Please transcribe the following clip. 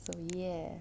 so ya